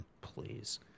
please